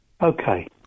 Okay